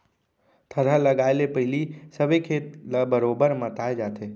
थरहा लगाए ले पहिली सबे खेत ल बरोबर मताए जाथे